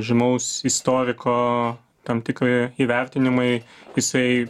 žymaus istoriko tam tikri įvertinimai jisai